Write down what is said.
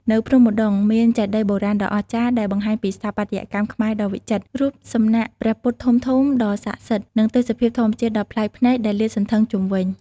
នៅភ្នំឧដុង្គ មានចេតិយបុរាណដ៏អស្ចារ្យដែលបង្ហាញពីស្ថាបត្យកម្មខ្មែរដ៏វិចិត្រ រូបសំណាកព្រះពុទ្ធធំៗដ៏ស័ក្តិសិទ្ធិ និងទេសភាពធម្មជាតិដ៏ប្លែកភ្នែកដែលលាតសន្ធឹងជុំវិញ។